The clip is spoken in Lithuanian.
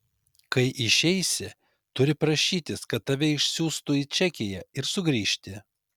kai išeisi turi prašytis kad tave išsiųstų į čekiją ir sugrįžti